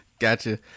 Gotcha